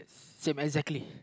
same exactly